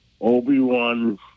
Obi-Wan